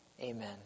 Amen